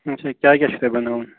آچھا کیاہ کیاہ چھُو تۄہہِ بناوُن